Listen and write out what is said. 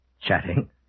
chatting